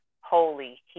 holy